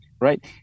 right